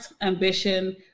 ambition